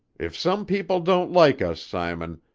if some people don't like us, simon,